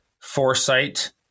foresight